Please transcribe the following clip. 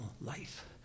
life